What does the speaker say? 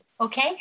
Okay